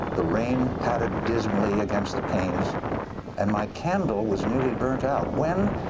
the rain pattered dismally against the panes and my candle was nearly burnt out when,